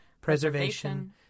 preservation